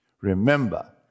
Remember